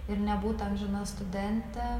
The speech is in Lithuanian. ir nebūtų amžina studentė